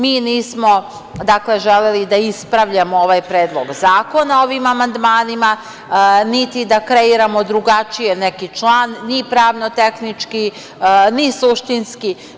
Mi nismo, dakle, želeli da ispravljamo ovaj Predlog zakona ovim amandmanima, niti da kreiramo drugačije neki član, niti pravno–tehnički, ni suštinski.